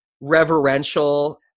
reverential